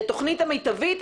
היא התוכנית המיטבית?